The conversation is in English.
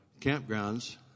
campgrounds